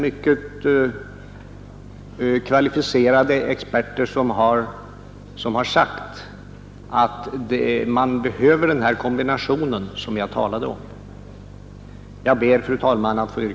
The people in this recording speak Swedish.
Mycket kvalificerade experter har sagt att man behöver den kombination som jag talat om. Fru talman!